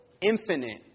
infinite